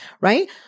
Right